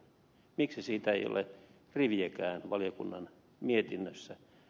miksi siitä ei ole riviäkään valiokunnan mietinnössä